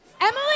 Emily